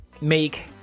make